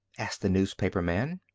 asked the newspaperman.